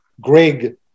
Greg